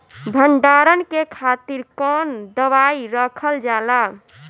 भंडारन के खातीर कौन दवाई रखल जाला?